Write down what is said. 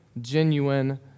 genuine